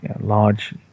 large